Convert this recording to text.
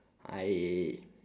I